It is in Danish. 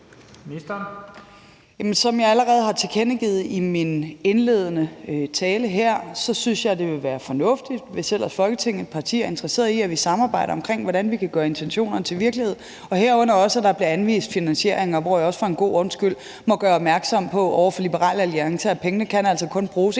Løhde): Som jeg allerede har tilkendegivet i min indledende tale her, synes jeg, det vil være fornuftigt, hvis ellers Folketingets partier er interesseret i, at vi samarbejder om, hvordan vi kan gøre intentionerne til virkelighed, herunder også, at der bliver anvist finansiering, og jeg må for en god ordens skyld gøre opmærksom på over for Liberal Alliance, at pengene altså kun kan bruges